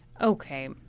Okay